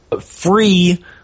free